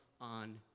on